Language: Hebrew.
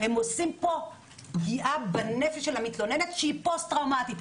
הם עושים פה פגיעה בנפש המתלוננת הפוסט טראומטית.